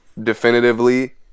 definitively